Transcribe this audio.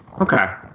Okay